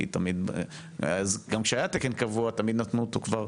כי גם כשהיה תקן קבוע תמיד נתנו אותו כבר